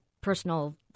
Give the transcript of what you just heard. personal